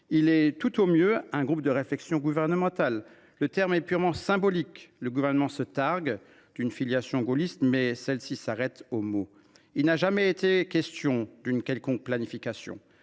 Il est tout au mieux un groupe de réflexion gouvernemental. Le terme est purement symbolique : le Gouvernement se targue d’une filiation gaulliste, mais celle ci s’arrête aux mots. Il n’a jamais été question d’une quelconque planification.